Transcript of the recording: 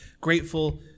grateful